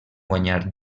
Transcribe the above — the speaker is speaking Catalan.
guanyar